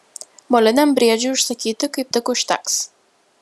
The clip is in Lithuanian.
moliniam briedžiui užsakyti kaip tik užteks